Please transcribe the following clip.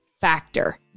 factor